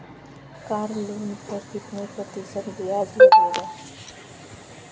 Car loan पर कितने प्रतिशत ब्याज लगेगा?